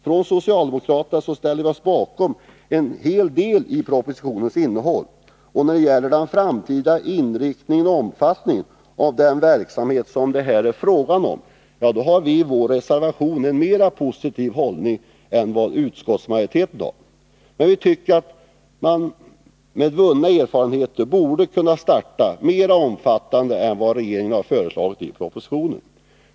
Från socialdemokraterna ställer vi oss bakom en hel del av propositionens innehåll. Och när det gäller den framtida inriktningen och omfattningen av den verksamhet som det här är fråga om har vi i vår reservation en mer positiv hållning till propositionen än vad utskottsmajoriteten har. Men vi tycker att man med vunna erfarenheter borde kunna starta en mer omfattande verksamhet än vad regeringen föreslagit i propositionen.